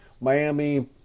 Miami